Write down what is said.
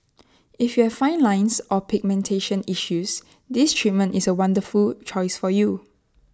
if you have fine lines or pigmentation issues this treatment is A wonderful choice for you